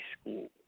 school